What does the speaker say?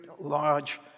large